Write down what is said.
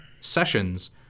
sessions